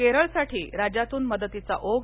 केरळसाठी राज्यातून मदतीचा ओघ